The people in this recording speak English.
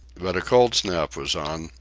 but a cold snap was on,